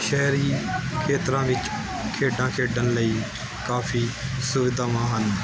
ਸ਼ਹਿਰੀ ਖੇਤਰਾਂ ਵਿੱਚ ਖੇਡਾਂ ਖੇਡਣ ਲਈ ਕਾਫੀ ਸੁਵਿਧਾਵਾਂ ਹਨ